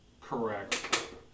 Correct